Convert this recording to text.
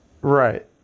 Right